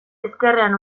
ezkerrean